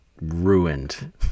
ruined